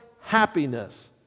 happiness